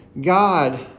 God